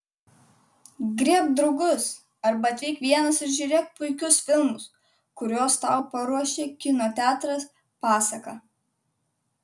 griebk draugus arba atvyk vienas ir žiūrėk puikius filmus kuriuos tau paruošė kino teatras pasaka